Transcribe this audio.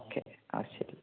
okay ആ ശരി